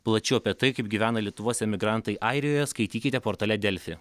plačiau apie tai kaip gyvena lietuvos emigrantai airijoje skaitykite portale delfi